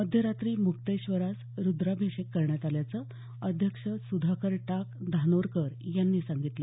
मध्यरात्री मुक्तेश्वरास रुद्राभिषेक करण्यात आल्याचं अध्यक्ष सुधाकर टाक धानोरकर यांनी सांगितलं